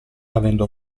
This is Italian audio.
avendo